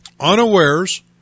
unawares